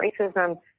racism